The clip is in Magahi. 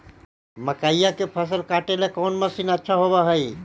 मकइया के फसल काटेला कौन मशीन अच्छा होव हई?